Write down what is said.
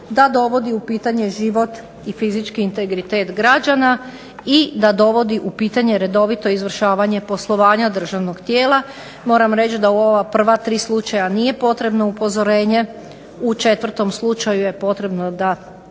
da dovodi u pitanje život i fizički integritet građana i da dovodi u pitanje redovito izvršavanje poslovanja državnog tijela. Moram reći da u ova prva tri slučaja nije potrebno upozorenje. U četvrtom slučaju je potrebno da